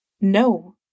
No